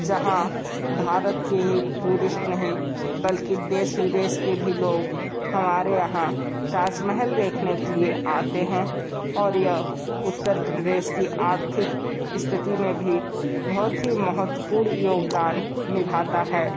जहाँ भारत के ही टूरिस्ट नहीं बल्कि देश विदेश के भी लोग हमारे यहाँ ताजमहल देखने के लिए आते हैं और यह उत्तर प्रदेश की आर्थिक स्थिति में भी बहुत ही महत्वपूर्ण योगदान निभाता है